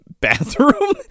bathroom